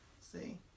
see